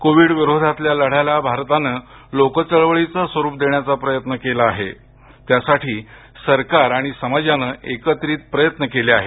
Covid विरोधातील लढ्याला भारताने लोकचळवळीचे स्वरूप देण्याचा प्रयत्न केला आहे त्यासाठी सरकार आणि समाजाने एकत्रित प्रयत्न केले आहेत